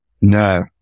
No